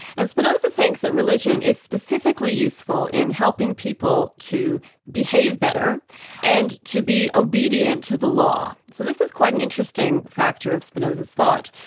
and spinoza thinks that religion is specifically useful in helping people to behave better and to be obedient to the law. so this is quite an interesting factor of spinoza's thought.